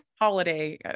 Holiday